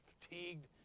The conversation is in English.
fatigued